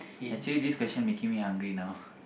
actually this question making me hungry now